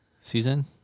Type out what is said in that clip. Season